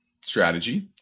strategy